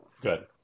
good